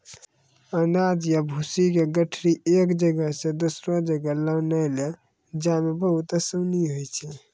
अनाज या भूसी के गठरी एक जगह सॅ दोसरो जगह लानै लै जाय मॅ बहुत आसानी होय छै